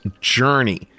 Journey